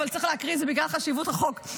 אבל צריך להקריא את זה בגלל חשיבות החוק,